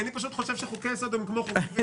כי אני פשוט חושב שחוקי-יסוד הם כמו חוקים רגילים,